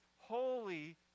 holy